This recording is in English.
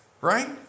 Right